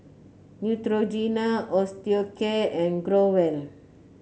Neutrogena Osteocare and Growell